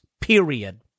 period